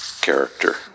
character